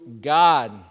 God